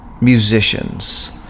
musicians